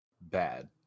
bad